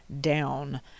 down